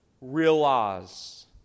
realize